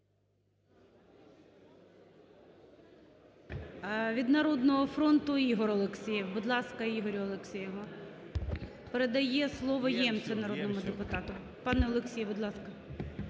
Від "Народного фронту" Ігор Алексєєв. Будь ласка, Ігорю Алексєєву. Передає слово Ємцю, народному депутату. Пан Олексій, будь ласка.